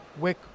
Wick